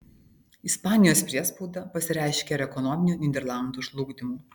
ispanijos priespauda pasireiškė ir ekonominiu nyderlandų žlugdymu